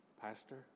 Pastor